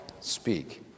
speak